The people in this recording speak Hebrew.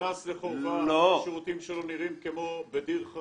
הילד נכנס לחורבה והשירותים שלו נראים כמו בדיר,